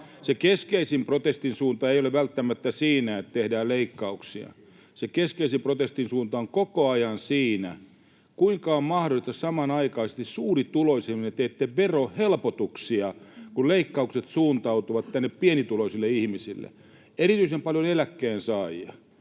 keskeisin protestin suunta ei ole välttämättä siinä, että tehdään leikkauksia. Se keskeisin protestin suunta on koko ajan siinä, kuinka on mahdollista, että samanaikaisesti suurituloisimmille teette verohelpotuksia, kun leikkaukset suuntautuvat tänne pienituloisille ihmisille, erityisen paljon eläkkeensaajille.